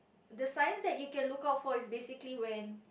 the signs that you can look out for is basically when